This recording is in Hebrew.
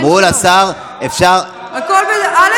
אמרו לשר: אפשר, א.